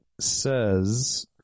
says